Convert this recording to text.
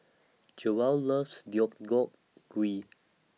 Jewell loves Gui